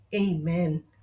Amen